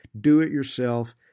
do-it-yourself